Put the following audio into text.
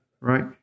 right